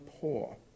poor